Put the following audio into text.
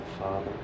Father